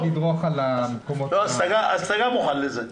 אתה גם מוכן לזה.